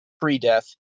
pre-death